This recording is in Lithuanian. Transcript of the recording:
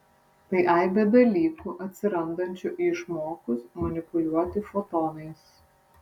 tai aibė dalykų atsirandančių išmokus manipuliuoti fotonais